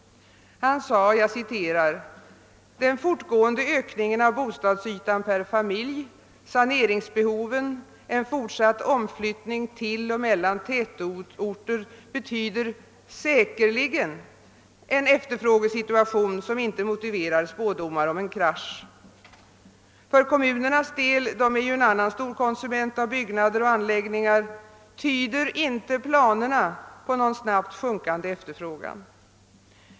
Han sade: »Den fortgående ökningen av bostadsytan per familj, saneringsbehoven, en fortsatt omflyttning till och mellan tätorter betyder säkerligen en efterfrågesituation som inte motiverar spådomar om en krasch. För kommunernas del — de är ju en annan storkonsument av byggnader och anordningar — tyder inte planerna på någon snabbt sjunkande efterfrågan.